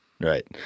Right